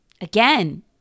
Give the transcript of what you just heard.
Again